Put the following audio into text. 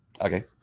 okay